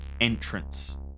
entrance